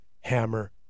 hammer